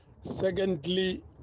Secondly